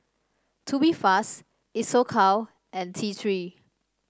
Tubifast Isocal and T Three